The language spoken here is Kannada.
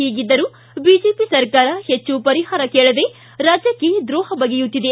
ಹೀಗಿದ್ದರೂ ಬಿಜೆಪಿ ಸರ್ಕಾರ ಹೆಚ್ಚು ಪರಿಹಾರ ಕೇಳದೇ ರಾಜ್ಯಕ್ಷೆ ದ್ರೋಹ ಬಗೆಯುತ್ತಿದೆ